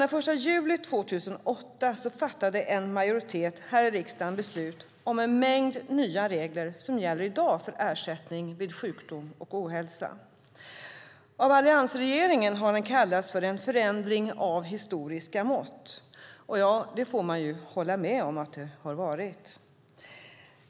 Den 1 juli 2008 fattade en majoritet här i riksdagen beslut om en mängd nya regler som gäller i dag för ersättning vid sjukdom och ohälsa. Av alliansregeringen har det kallats en förändring av historiska mått, och det får man hålla med om att det har varit.